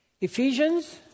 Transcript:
Ephesians